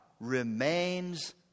remains